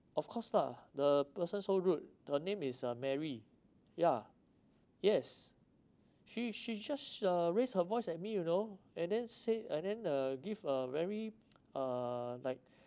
of course lah the person so rude the name is uh mary ya yes she she just uh raised her voice at me you know and then say and then uh give uh very uh like